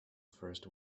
first